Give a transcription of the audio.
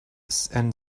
seal